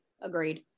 Agreed